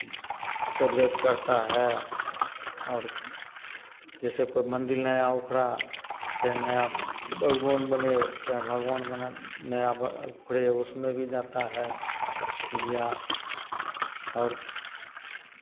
coverage करता है और जैसे कोई मंदिर नया उखड़ा चाहे नया भगवान बने चाहे भगवान बन नया उखड़े उसमें भी जाता है मीडिया और